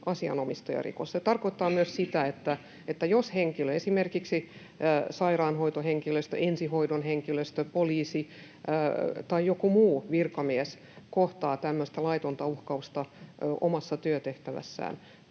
asianomistajarikos. Se tarkoittaa myös sitä, että jos henkilö, esimerkiksi sairaanhoitohenkilöstö, ensihoidon henkilöstö, poliisi tai joku muu virkamies kohtaa tämmöistä laitonta uhkausta omassa työtehtävässään